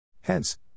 Hence